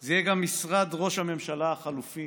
זה יהיה גם משרד ראש הממשלה החלופי,